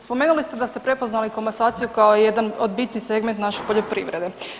Spomenuli ste da ste prepoznali komasaciju kao jedan od bitnih segmenata naše poljoprivrede.